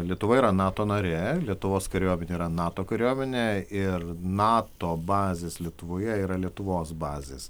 lietuva yra nato narė lietuvos kariuomenė yra nato kariuomenė ir nato bazės lietuvoje yra lietuvos bazės